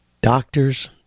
doctors